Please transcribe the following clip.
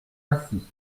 acy